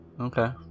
Okay